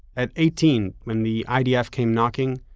at eighteen, when the idf came knocking,